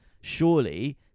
Surely